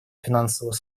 финансового